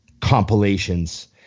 compilations